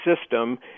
system